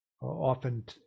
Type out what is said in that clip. often